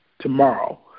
tomorrow